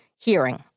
hearing